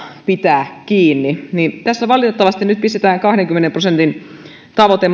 pitää kiinni eläinten oikeuksista tässä nyt valitettavasti pistetään kahdenkymmenen prosentin tavoite